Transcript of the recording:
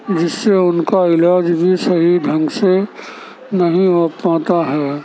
جس سے ان کا علاج بھی صحیح ڈھنگ سے نہیں ہو پاتا ہے